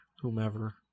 whomever